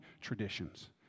traditions